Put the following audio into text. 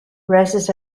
roses